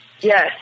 Yes